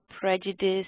prejudice